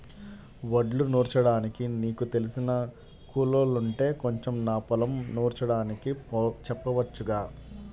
వడ్లు నూర్చడానికి నీకు తెలిసిన కూలోల్లుంటే కొంచెం నా పొలం నూర్చడానికి చెప్పొచ్చుగా